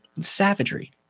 savagery